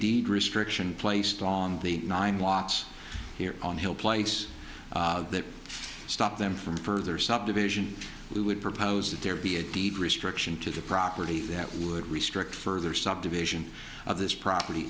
deed restriction placed on the nine watts here on hill place that stop them from further subdivision we would propose that there be a deed restriction to the property that would restrict further subdivision of this property